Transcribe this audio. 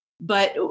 But-